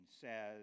says